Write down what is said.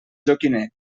joquiner